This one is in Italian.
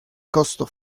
costo